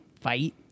fight